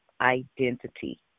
identity